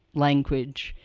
language,